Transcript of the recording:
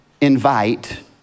invite